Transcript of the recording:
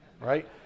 right